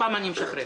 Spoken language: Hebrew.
הפעם אני משחרר.